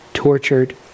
tortured